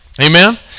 Amen